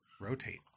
rotate